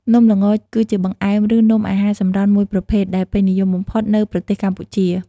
នំល្ង គឺជាបង្អែម ឬនំអាហារសម្រន់មួយប្រភេទ ដែលពេញនិយមបំផុតនៅប្រទេសកម្ពុជា។